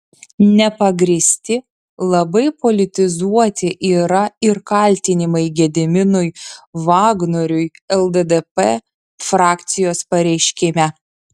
nepagrįsti labai politizuoti yra ir kaltinimai gediminui vagnoriui lddp frakcijos pareiškime